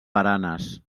baranes